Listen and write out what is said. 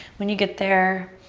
when you get there,